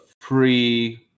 free